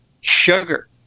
Sugar